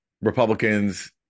Republicans